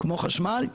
כמו חשמל,